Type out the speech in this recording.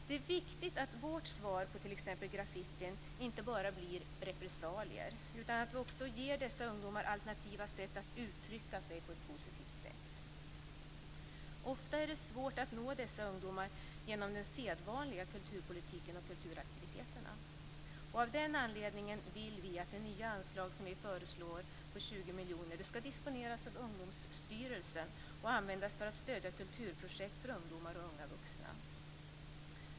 Det är viktigt att vårt svar på t.ex. graffiti inte bara blir repressalier utan att vi också ger dessa ungdomar alternativa sätt att uttrycka sig på ett positivt sätt. Ofta är det svårt att nå dessa ungdomar genom den sedvanliga kulturpolitiken och kulturaktiviteterna. Av den anledningen vill vi att det nya anslag på 20 miljoner som vi föreslår skall disponeras av Ungdomsstyrelsen och användas för att stödja kulturprojekt för ungdomar och unga vuxna.